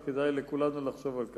וכדאי לכולנו לחשוב על כך.